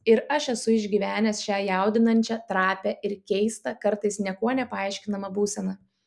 ir aš esu išgyvenęs šią jaudinančią trapią ir keistą kartais niekuo nepaaiškinamą būseną